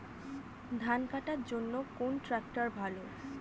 ধান কাটার জন্য কোন ট্রাক্টর ভালো?